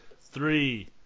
three